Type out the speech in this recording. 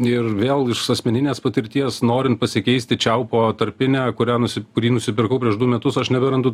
ir vėl iš asmeninės patirties norint pasikeisti čiaupo tarpinę kurią nusi kurį nusipirkau prieš du metus aš neberandu